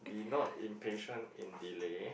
be not impatient in delay